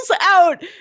out